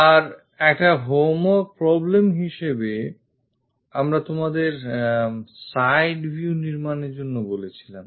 আর এক homework problem হিসেবে আমরা তোমাদের side view নির্মাণের জন্য বলেছিলাম